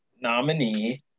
nominee